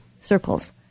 circles